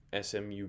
SMU